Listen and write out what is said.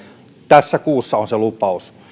tässä kuussa on se lupaus